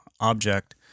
object